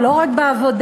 או לא רק בעבודה,